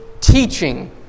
teaching